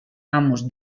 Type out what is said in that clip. amos